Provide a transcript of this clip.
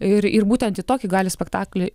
ir ir būtent į tokį gali spektaklį